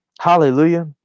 hallelujah